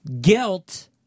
guilt